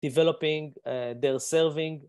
Developing, their serving